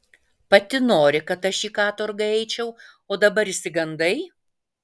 pati nori kad aš į katorgą eičiau o dabar išsigandai